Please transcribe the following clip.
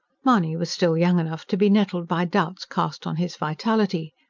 mahony was still young enough to be nettled by doubts cast on his vitality.